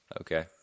Okay